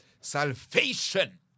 salvation